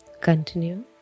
continue